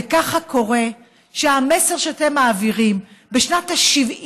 וכך קורה שהמסר שאתם מעבירים בשנת ה-70